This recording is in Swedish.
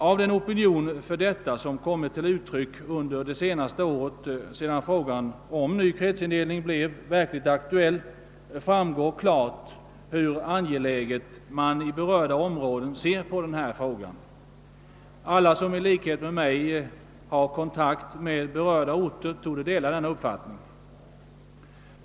Av den opinion, som i detta fall har kommit till uttryck under det senaste året sedan frågan om ny kretsindelning blev verkligt aktuell, framgår klart hur angelägen man anser frågan vara i berörda områden. Alla som i likhet med mig har kontakt med vederbörande orter torde dela denna uppfattning.